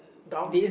down